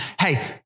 hey